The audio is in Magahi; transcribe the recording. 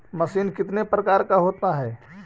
मशीन कितने प्रकार का होता है?